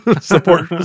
support